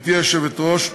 גברתי היושבת-ראש,